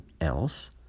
else